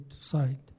side